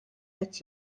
qed